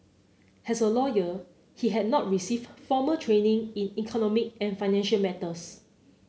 as a lawyer he had not received formal training in economic and financial matters